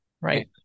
right